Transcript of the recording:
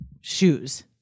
shoes